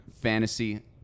Fantasy